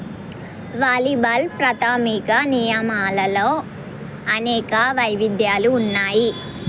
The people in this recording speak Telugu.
వాలీబాల్ ప్రాథమిక నియమాలలో అనేక వైవిధ్యాలు ఉన్నాయి